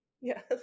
Yes